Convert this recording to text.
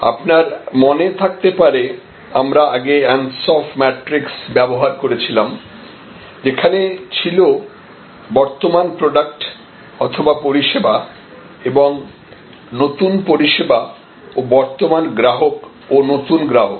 আপনার মনে থাকতে পারে আমরা আগে অ্যানসফ ম্যাট্রিক্স ব্যবহার করেছিলাম যেখানে ছিল বর্তমান প্রডাক্ট অথবা পরিষেবা এবং নতুন পরিষেবা ও বর্তমান গ্রাহক ও নতুন গ্রাহক